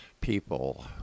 people